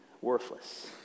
worthless